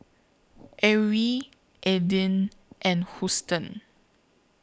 Arrie Aydin and Huston